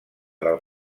del